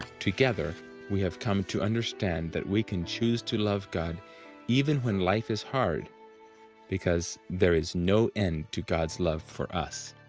together we have come to understand that we can choose to love god even when life is hard because there is no end to god's love for us.